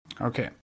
Okay